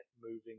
moving